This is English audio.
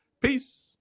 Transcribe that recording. Peace